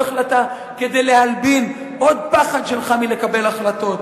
החלטה כדי להלבין עוד פחד שלך מלקבל החלטות.